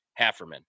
Hafferman